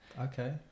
Okay